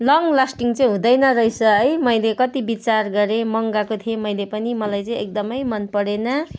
long lasting चाहिँ हुँदैन रहेछ है मैले कति विचार गरेँ मगाएको थिएँ मैले पनि मलाई चाहिँ एकदमै मन परेन